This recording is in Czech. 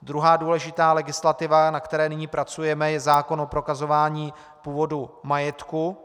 Druhá důležitá legislativa, na které nyní pracujeme, je zákon o prokazování původu majetku.